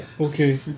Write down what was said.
Okay